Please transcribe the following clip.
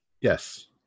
Yes